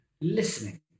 listening